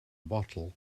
bottle